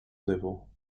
level